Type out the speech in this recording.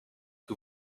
que